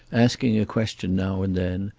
asking a question now and then,